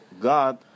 God